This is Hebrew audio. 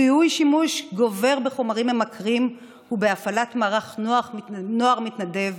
לזיהוי שימוש גובר בחומרים ממכרים ולהפעלת מערך נוער מתנדב,